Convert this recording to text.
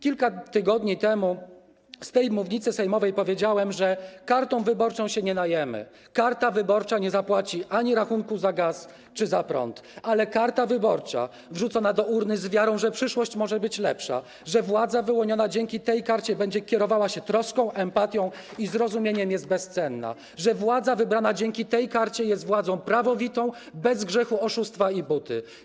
Kilka tygodni temu z tej mównicy sejmowej powiedziałem, że kartą wyborczą się nie najemy, karta wyborcza nie zapłaci rachunku ani za gaz, ani za prąd, ale karta wyborcza wrzucona do urny z wiarą, że przyszłość może być lepsza, że władza wyłoniona dzięki tej karcie będzie kierowała się troską, empatią i zrozumieniem, jest bezcenna, bo władza wybrana dzięki tej karcie jest władzą prawowitą, bez grzechu oszustwa i buty.